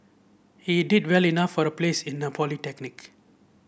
he did well enough for a place in a polytechnic